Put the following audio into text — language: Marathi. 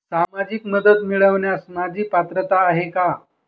सामाजिक मदत मिळवण्यास माझी पात्रता आहे का?